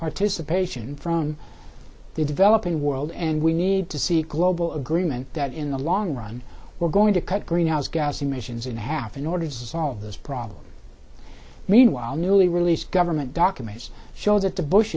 participation from the developing world and we need to see a global agreement that in the long run we're going to cut greenhouse gas emissions in half in order to solve this problem meanwhile newly released government documents show that the bush